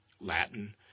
Latin